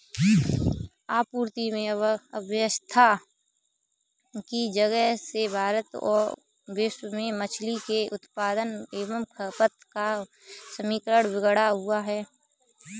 आपूर्ति में अव्यवस्था की वजह से भारत और विश्व में मछली के उत्पादन एवं खपत का समीकरण बिगड़ा हुआ है